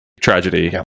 tragedy